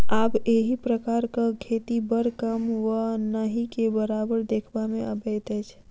आब एहि प्रकारक खेती बड़ कम वा नहिके बराबर देखबा मे अबैत अछि